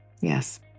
Yes